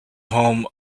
home